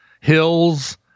Hills